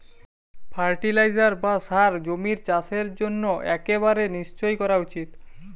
fertiliser বা সার জমির চাষের জন্য একেবারে নিশ্চই করা উচিত